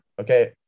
okay